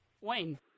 Wayne